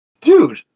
Dude